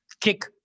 kick